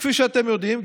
כפי שאתם יודעים,